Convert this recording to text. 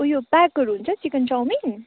ऊ यो प्याकहरू हुन्छ चिकन चाउमिन